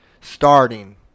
starting